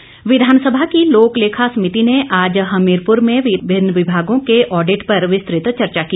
समिति विधानसभा की लोक लेखा सभिति ने आज हमीरपुर में विभिन्न विभागों के ऑडिट पर विस्तृत चर्चा की